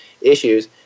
issues